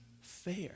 fair